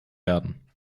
werden